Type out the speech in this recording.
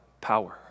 power